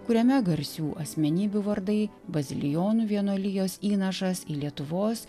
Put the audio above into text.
kuriame garsių asmenybių vardai bazilijonų vienuolijos įnašas į lietuvos